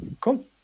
Cool